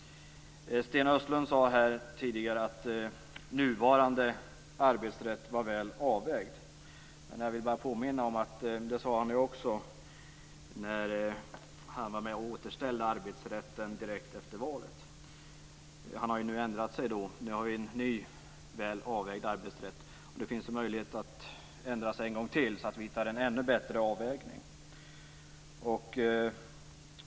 Sten Östlund sade tidigare att nuvarande arbetsrätt är väl avvägd. Jag vill bara påminna om att han sade detsamma när han var med om att återställa arbetsrätten direkt efter valet. Nu har han ändrat sig. Nu har vi en ny "väl avvägd" arbetsrätt. Och det finns möjlighet att ändra sig en gång till, så att vi hittar en ännu bättre avvägning.